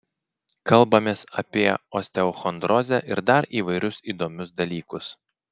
kalbamės apie osteochondrozę ir dar įvairius įdomius dalykus